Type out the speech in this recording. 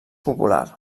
popular